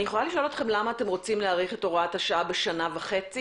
אני יכולה לשאול אתכם למה אתם רוצים להאריך את הוראת השעה בשנה וחצי?